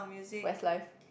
Westlife